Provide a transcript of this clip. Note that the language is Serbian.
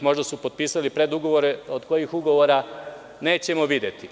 Možda su potpisali predugovore, od kojih ugovora nećemo videti.